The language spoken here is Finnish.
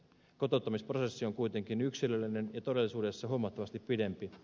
kotouttamisprosessi on kuitenkin yksilöllinen ja todellisuudessa huomattavasti pidempi